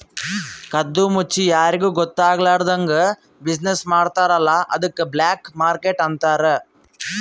ಕದ್ದು ಮುಚ್ಚಿ ಯಾರಿಗೂ ಗೊತ್ತ ಆಗ್ಲಾರ್ದಂಗ್ ಬಿಸಿನ್ನೆಸ್ ಮಾಡ್ತಾರ ಅಲ್ಲ ಅದ್ದುಕ್ ಬ್ಲ್ಯಾಕ್ ಮಾರ್ಕೆಟ್ ಅಂತಾರ್